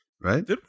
right